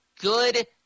good